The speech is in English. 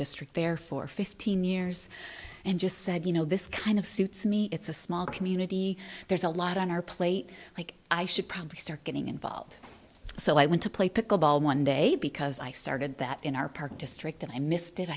district there for fifteen years and just said you know this kind of suits me it's a small community there's a lot on our plate like i should probably start getting involved so i want to play pickle ball one day because i started that in our park district and i missed it